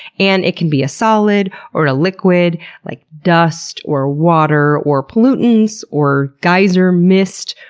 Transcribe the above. and it can be a solid or a liquid like dust, or water, or pollutants, or geyser mist,